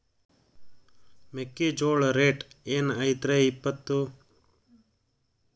ಮೆಕ್ಕಿಜೋಳ ರೇಟ್ ಏನ್ ಐತ್ರೇ ಇಪ್ಪತ್ತು?